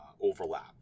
overlap